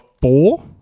four